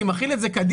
אני מחיל את זה קדימה,